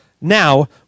Now